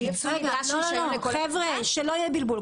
שלא יהיה בלבול.